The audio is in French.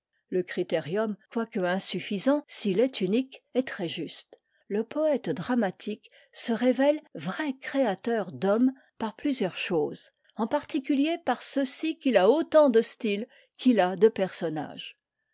le critérium quoique insuffisant s'il est unique est très juste le poète dramatique se révèle vrai créateur d'hommes par plusieurs choses en particulier par ceci qu'il a autant de styles qu'il a de personnages